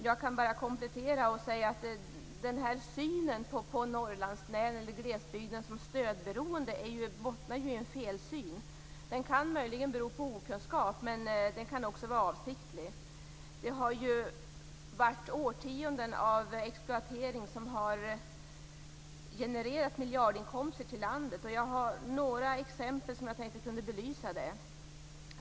Jag kan bara komplettera och säga att den här synen på Norrlandslänen eller glesbygden som stödberoende bottnar i en felsyn. Den kan möjligen bero på okunskap, men den kan också vara avsiktlig. Årtionden av exploatering har genererat miljardinkomster till landet. Jag har några exempel som kan belysa det.